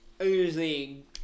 usually